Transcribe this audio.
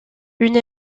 une